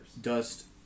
Dust